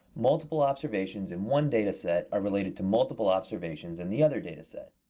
multiple observations in one data set are related to multiple observations in the other data set.